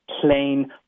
plain